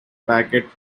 packet